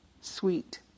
sweet